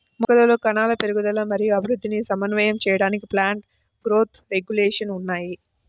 మొక్కలలో కణాల పెరుగుదల మరియు అభివృద్ధిని సమన్వయం చేయడానికి ప్లాంట్ గ్రోత్ రెగ్యులేషన్స్ ఉన్నాయి